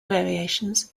variations